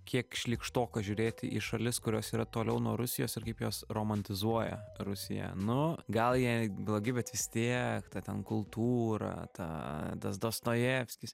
kiek šlykštoka žiūrėti į šalis kurios yra toliau nuo rusijos ir kaip jos romantizuoja rusiją nu gal jie blogi bet vis tiek ta ten kultūra ta tas dostojevskis